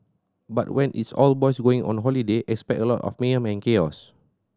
but when it's all boys going on holiday expect a lot of mayhem and chaos